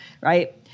Right